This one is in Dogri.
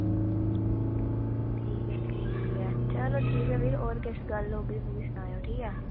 ठीक ऐ ठीक ऐ चलो भी होर किश गल्ल होगी मिगी सनायो ठीक ऐ